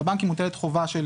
על הבנקים מוטלת חובה של